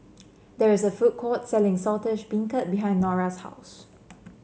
there is a food court selling Saltish Beancurd behind Norah's house